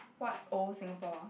what old Singapore